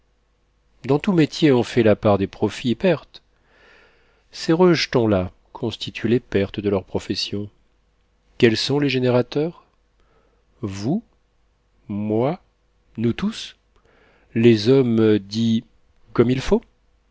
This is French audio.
dans tout métier on fait la part des profits et pertes ces rejetons là constituent les pertes de leur profession quels sont les générateurs vous moi nous tous les hommes dits comme il faut